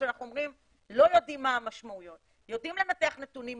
שאנחנו אומרים: לא יודעים מה המשמעויות יודעים לנתח נתונים,